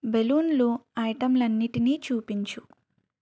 బెలూన్లు ఐటెంలన్నిటినీ చూపించు